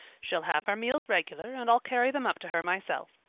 she'll have her meals regular, and i'll carry them up to her myself.